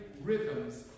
rhythms